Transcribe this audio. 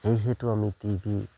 এই সেইটো আমি টি ভি